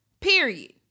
Period